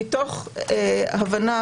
מתוך הבנה,